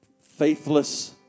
faithless